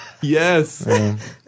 yes